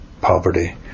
poverty